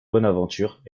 bonaventure